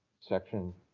section